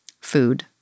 food